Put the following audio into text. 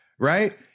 right